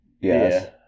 yes